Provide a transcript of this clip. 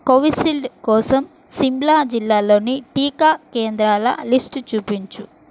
Covishield కోసం సిమ్లా జిల్లాలోని టీకా కేంద్రాల లిస్టు చూపించు